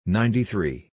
ninety-three